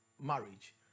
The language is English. marriage